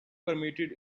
permitted